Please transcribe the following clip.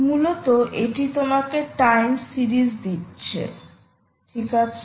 মূলত এটি তোমাকে টাইম সিরিজ দিচ্ছে ঠিক আছে